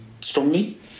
strongly